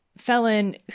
felon